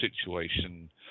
situation